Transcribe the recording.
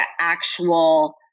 actual